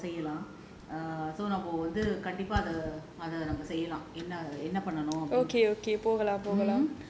அதுமாரியும் எடுத்து நாம செய்யலாம் அத வந்து நம்ம கண்டிப்பா செய்யலாம்:athu maariyum eduthu naama seiyalaam atha vanthu namma kandippaa seiyalaam